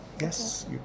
yes